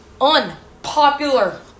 unpopular